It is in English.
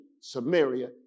Samaria